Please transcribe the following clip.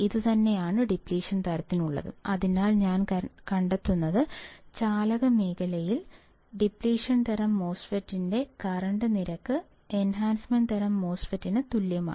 ഇതുതന്നെയാണ് ഡിപ്ലിഷൻ തരത്തിനുള്ളതും അതിനാൽ ഞാൻ കണ്ടെത്തുന്നത് ചാലക മേഖലയിൽ ഡിപ്ലിഷൻ തരം MOSFETന്റെ കറണ്ട് നിരക്ക് എൻഹാൻസ്മെൻറ് തരം MOSFET ന് തുല്യമാണ്